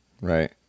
Right